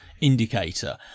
indicator